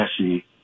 messy